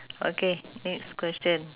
okay next question